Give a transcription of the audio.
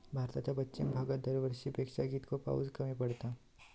भारताच्या पश्चिम भागात दरवर्षी पेक्षा कीतको पाऊस कमी पडता?